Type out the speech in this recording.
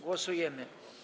Głosujemy.